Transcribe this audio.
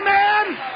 Amen